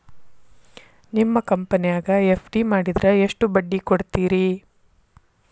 ನಿಮ್ಮ ಕಂಪನ್ಯಾಗ ಎಫ್.ಡಿ ಮಾಡಿದ್ರ ಎಷ್ಟು ಬಡ್ಡಿ ಕೊಡ್ತೇರಿ?